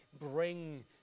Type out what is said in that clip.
bring